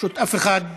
פשוט אף אחד,